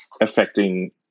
affecting